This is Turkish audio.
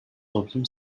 toplum